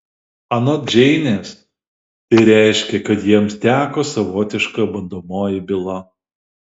anot džeinės tai reiškia kad jiems teko savotiška bandomoji byla